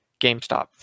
GameStop